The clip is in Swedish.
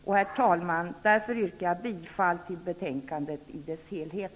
Jag yrkar därför, herr talman, bifall till utskottets hemställan i dess helhet.